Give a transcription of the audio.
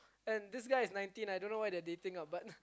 and this guy is nineteen I don't know why they are dating lah but